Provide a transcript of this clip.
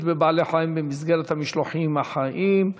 בבעלי-חיים במסגרת "המשלוחים החיים",